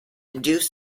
induce